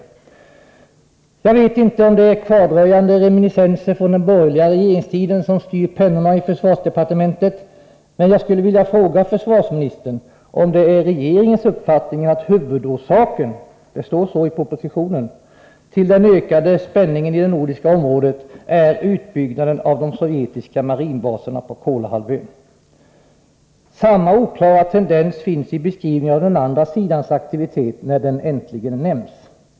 Jag vet inte om det är kvardröjande reminiscenser från den borgerliga regeringstiden som styr pennorna i försvarsdepartementet. Jag skulle vilja fråga försvarsministern om det är regeringens uppfattning att huvudorsaken — ordet huvudorsaken anges i propositionen — till den ökade spänningen i det nordiska området är utbyggnaden av de sovjetiska marinbaserna på Kolahalvön. Samma oklara tendens finns i beskrivningen av den andra sidans aktivitet — när den äntligen nämns.